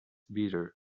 bitter